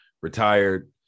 retired